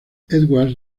edwards